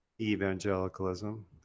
evangelicalism